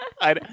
I-